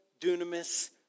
dunamis